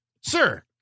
sir